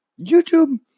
YouTube